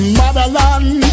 motherland